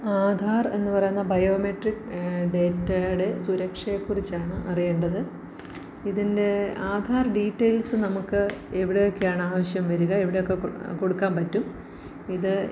ആധാർ എന്ന് പറയുന്ന ബയോമെട്രിക് ഡേറ്റയുടെ സുരക്ഷയെക്കുറിച്ചാണ് അറിയേണ്ടത് ഇതിൻ്റെ ആധാർ ഡീറ്റെയിൽസ് നമുക്ക് എവിടെയൊക്കെയാണ് ആവശ്യം വരിക എവിടെയൊക്കെ കൊടുക്കാൻ പറ്റും ഇത്